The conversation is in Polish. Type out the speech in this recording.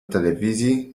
telewizji